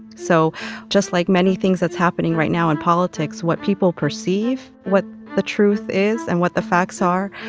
so just like many things that's happening right now in politics, what people perceive what the truth is and what the facts are,